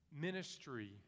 ministry